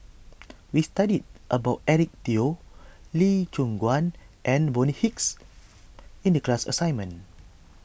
we studied about Eric Teo Lee Choon Guan and Bonny Hicks in the class assignment